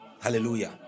Hallelujah